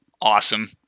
Awesome